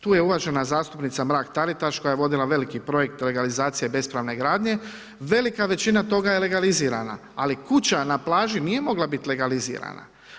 Tu je uvažena zastupnica Mrak Taritaš, koja je vodila veliki projekt legalizacije i bespravne gradnje, velika većina toga je legalizirana, ali kuća na plaži nije mogla biti legalizirana.